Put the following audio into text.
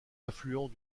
affluent